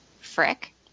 Frick